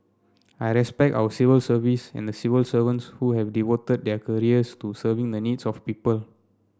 I respect our civil service and the civil servants who have devoted their careers to serving the needs of people